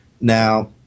Now